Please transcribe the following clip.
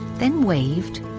then waved,